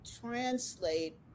translate